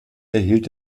erhielt